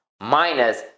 minus